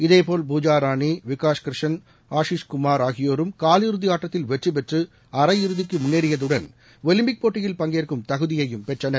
இதேபோல பூஜா ராணி விகாஷ் கிருஷ்ன் ஆசீஷ் குமார் ஆகியோரும் கால் இறுதி ஆட்டத்தில் வெற்றி பெற்று அரையிறதிக்கு முன்னேறியதுடன் ஒலிம்பிக் போட்டியில் பங்கேற்கும் தகுதியையும் பெற்றனர்